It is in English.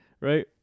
Right